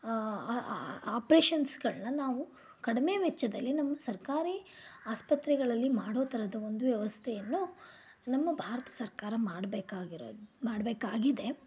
ಆ ಆಪ್ರೇಷನ್ಸ್ಗಳನ್ನ ನಾವು ಕಡಿಮೆ ವೆಚ್ಚದಲ್ಲಿ ನಮ್ಮ ಸರ್ಕಾರಿ ಆಸ್ಪತ್ರೆಗಳಲ್ಲಿ ಮಾಡೋ ಥರದ ಒಂದು ವ್ಯವಸ್ಥೆಯನ್ನು ನಮ್ಮ ಭಾರತ ಸರ್ಕಾರ ಮಾಡ್ಬೇಕಾಗಿರೋದು ಮಾಡ್ಬೇಕಾಗಿದೆ